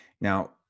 Now